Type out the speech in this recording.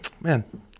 Man